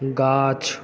गाछ